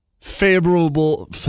favorable